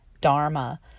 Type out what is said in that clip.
dharma